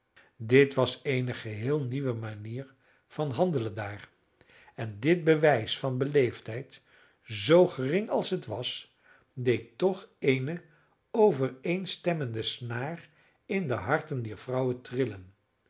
dit was eene geheel nieuwe manier van handelen daar en dit bewijs van beleefdheid zoo gering als het was deed toch eene overeenstemmende snaar in de harten dier vrouwen